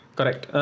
Correct